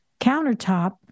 Countertop